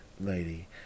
lady